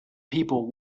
people